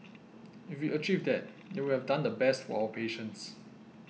if we achieve that then we would have done the best for our patients